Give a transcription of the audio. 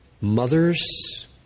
Mothers